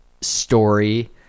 story